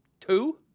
Two